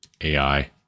AI